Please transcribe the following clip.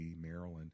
Maryland